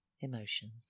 emotions